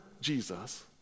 Jesus